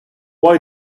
why